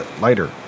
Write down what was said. lighter